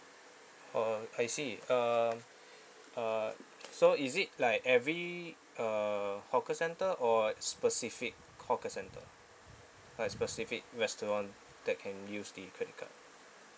oh I see um uh so is it like every err hawker centre or specific hawker centre like specific restaurant that can use the credit card